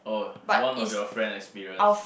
oh one of your friend experience